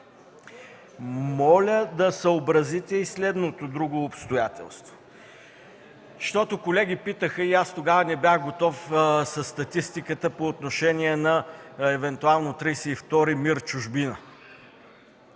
Моля да съобразите и следното друго обстоятелство, защото, колеги питаха и аз не бях готов със статистиката по отношение на евентуално 32-ри МИР в чужбина.